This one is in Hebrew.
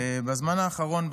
בזמן האחרון,